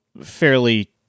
fairly